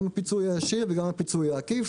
גם הפיצוי הישיר וגם הפיצוי העקיף.